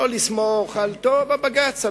לא לסמוך על בג"ץ.